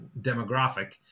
demographic